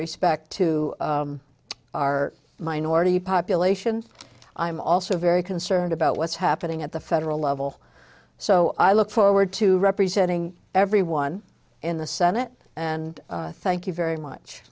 respect to our minority populations i am also very concerned about what's happening at the federal level so i look forward to representing everyone in the senate and thank you very much